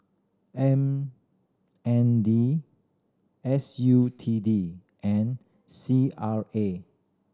M N D S U T D and C R A